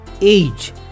Age